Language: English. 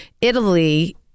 Italy